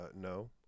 No